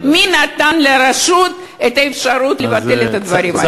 מי נתן לרשות את האפשרות לבטל את הדברים האלה?